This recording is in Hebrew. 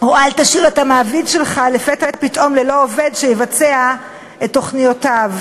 או אל תשאיר את המעביד שלך לפתע פתאום ללא עובד שיבצע את תוכניותיו.